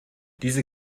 diese